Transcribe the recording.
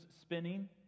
spinning